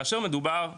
כאשר מדובר בי,